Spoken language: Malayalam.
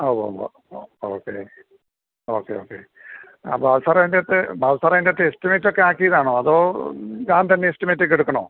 ആ ഉവ്വ് ഉവ്വ് ഓ ഓക്കേ ഓക്കെ ഓക്കേ അപ്പോൾ സാറേ അതിൻ്റെ ബാലുസാറേ അതിൻ്റെ അകത്ത് എസ്റ്റിമേറ്റൊക്കെ ആക്കിയതാണോ അതോ ഞാൻ തന്നെ എസ്റ്റിമേറ്റൊക്കെ എടുക്കണോ